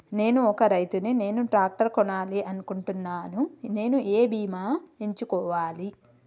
నేను ఒక రైతు ని నేను ట్రాక్టర్ కొనాలి అనుకుంటున్నాను నేను ఏ బీమా ఎంచుకోవాలి?